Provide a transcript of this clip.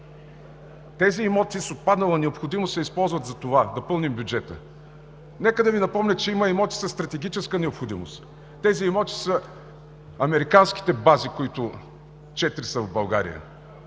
тези имоти с отпаднала необходимост се използват за това – да пълним бюджета. Нека да Ви напомня, че има имоти със стратегическа необходимост – това са американските бази, които са четири в България.